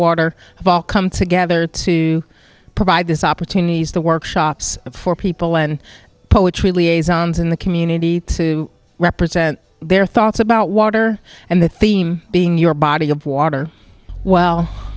water of all come together to provide this opportunities the workshops for people and poetry liaison's in the community to represent their thoughts about water and the theme being your body of water well